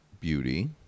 beauty